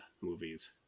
movies